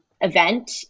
event